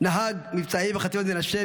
נהג מבצעי בחטיבת מנשה,